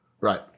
Right